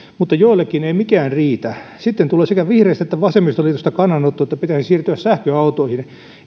mutta joillekin ei mikään riitä sitten tulee sekä vihreistä että vasemmistoliitosta kannanotto että pitäisi siirtyä sähköautoihin